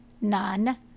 none